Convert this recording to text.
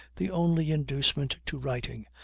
the only inducement to writing,